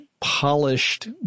polished